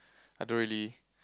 I don't really